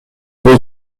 бул